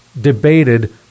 debated